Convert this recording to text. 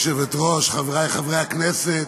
גברתי היושבת-ראש, חבריי חברי הכנסת,